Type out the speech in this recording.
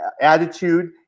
attitude